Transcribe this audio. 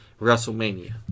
WrestleMania